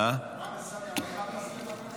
מה ששנוא עליך אל תעשה לחברך.